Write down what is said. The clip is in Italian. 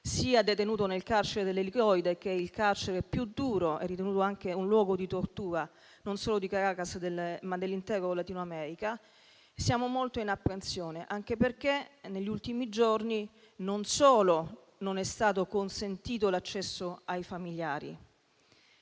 sia detenuto nel carcere "El Helicoide", che è il carcere più duro ed è ritenuto anche un luogo di tortura non solo di Caracas, ma dell'intero Latinoamerica. Siamo molto in apprensione, anche perché negli ultimi giorni non solo non è stato consentito l'accesso ai familiari,